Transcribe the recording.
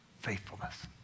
faithfulness